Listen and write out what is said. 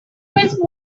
with